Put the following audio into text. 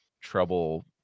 trouble